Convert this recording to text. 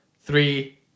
three